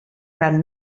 gran